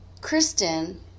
Kristen